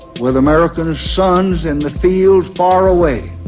with america's sons in the field far away,